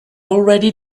already